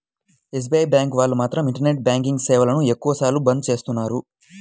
SBI bank వాళ్ళు మాత్రం internet banking సేవలను ఎక్కువ సార్లు బంద్ చేస్తున్నారు